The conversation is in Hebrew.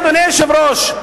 אדוני היושב-ראש,